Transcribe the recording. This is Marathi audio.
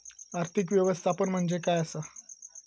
आर्थिक व्यवस्थापन म्हणजे काय असा?